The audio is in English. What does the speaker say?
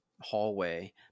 hallway